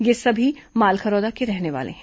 ये सभी मालखरौदा के रहने वाले हैं